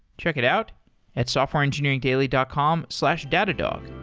check it out at softwareengineeringdaily dot com slash datadog.